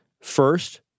First